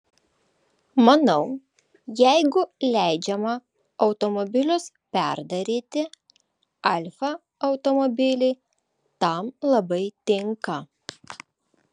manau jeigu leidžiama automobilius perdaryti alfa automobiliai tam labai tinka